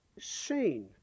seen